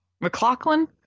McLaughlin